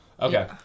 okay